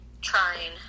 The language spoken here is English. trying